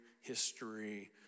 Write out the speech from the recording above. history